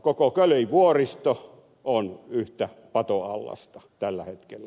koko kölivuoristo on yhtä patoallasta tällä hetkellä